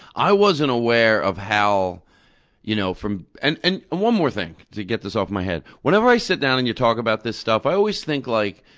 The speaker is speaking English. i wasn't aware of how you know from and and one more thing, to get this off my head. whenever i sit down and you talk about this stuff, i always think, like,